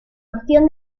opción